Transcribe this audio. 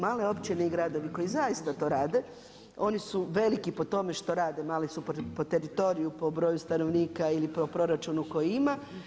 Male općine i gradovi koji zaista to rade oni su veliki po tome što rade, mali su po teritoriju, po broju stanovnika ili po proračunu koji ima.